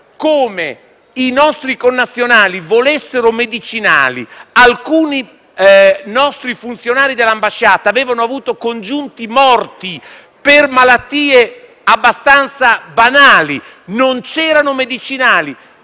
che i nostri connazionali volevano medicinali; alcuni nostri funzionari dell'ambasciata avevano avuto congiunti morti per malattie abbastanza banali e non c'erano medicinali.